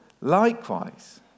Likewise